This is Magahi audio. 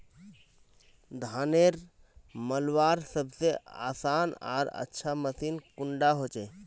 धानेर मलवार सबसे आसान आर अच्छा मशीन कुन डा होचए?